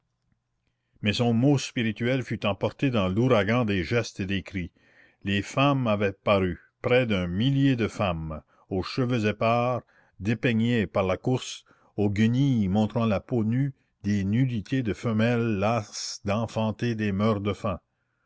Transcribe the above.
mais son mot spirituel fut emporté dans l'ouragan des gestes et des cris les femmes avaient paru près d'un millier de femmes aux cheveux épars dépeignés par la course aux guenilles montrant la peau nue des nudités de femelles lasses d'enfanter des